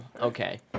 Okay